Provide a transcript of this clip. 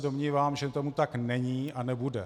Domnívám se, že tomu tak není a nebude.